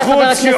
חבר הכנסת פריג',